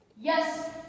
Yes